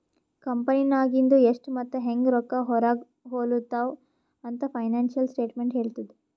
ಕಂಪೆನಿನಾಗಿಂದು ಎಷ್ಟ್ ಮತ್ತ ಹ್ಯಾಂಗ್ ರೊಕ್ಕಾ ಹೊರಾಗ ಹೊಲುತಾವ ಅಂತ್ ಫೈನಾನ್ಸಿಯಲ್ ಸ್ಟೇಟ್ಮೆಂಟ್ ಹೆಳ್ತುದ್